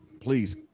please